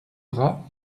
bras